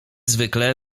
zwykle